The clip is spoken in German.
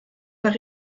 nach